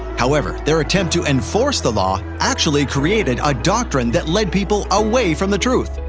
however, their attempt to enforce the law actually created a doctrine that led people away from the truth.